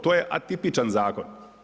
To je atipičan zakon.